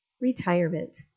Retirement